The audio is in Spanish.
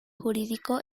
jurídico